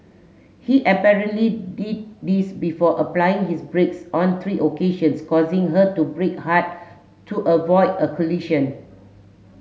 he apparently did this before applying his brakes on three occasions causing her to brake hard to avoid a collision